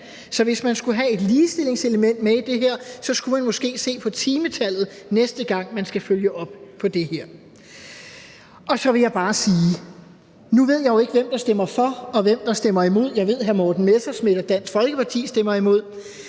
Så hvis man skulle have et ligestillingselement med i det her, skulle man måske se på timetallet, næste gang man skal følge op på det her. Nu ved jeg jo ikke, hvem der stemmer for, og hvem der stemmer imod. Jeg ved, at hr. Morten Messerschmidt og Dansk Folkeparti stemmer imod,